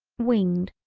winged,